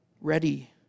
ready